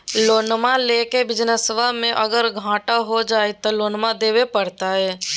लोनमा लेके बिजनसबा मे अगर घाटा हो जयते तो लोनमा देवे परते?